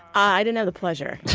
i didn't have the pleasure,